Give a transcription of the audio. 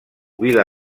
vila